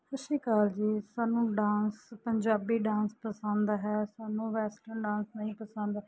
ਸਤਿ ਸ਼੍ਰੀ ਅਕਾਲ ਜੀ ਸਾਨੂੰ dance Punjabi dance ਪਸੰਦ ਹੈ ਸਾਨੂੰ ਵੈਸਟਰਨ ਡਾਂਸ ਨਹੀਂ ਪਸੰਦ